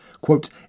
quote